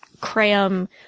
cram